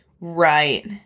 Right